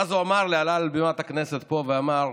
ואז הוא עלה על בימת הכנסת, פה, ואמר: